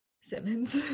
Simmons